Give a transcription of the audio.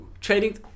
Trading